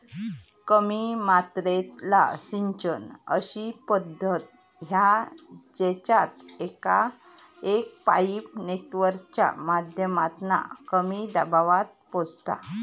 कमी मात्रेतला सिंचन अशी पद्धत हा जेच्यात एक पाईप नेटवर्कच्या माध्यमातना कमी दबावात पोचता